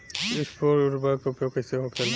स्फुर उर्वरक के उपयोग कईसे होखेला?